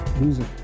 music